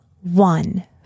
one